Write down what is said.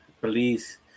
police